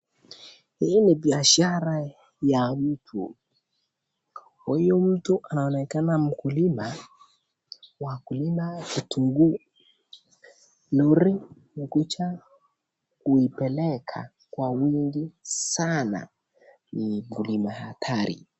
Hizi ni biashara ya mtu. Huyu mtu anaonekana mkulima wa kulima vitunguu. Lori imekuja kuipeleka kwa wingi sanaa. Ni mkulima hatari.